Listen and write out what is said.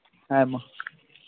ᱦᱮᱸ ᱢᱟ